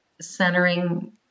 centering